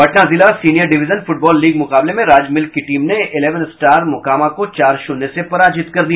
पटना जिला senior division football league मुकाबले में राज मिल्क की टीम ने इलेवन स्टार मोकामा को चार शून्य से पराजित कर दिया